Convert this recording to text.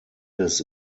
des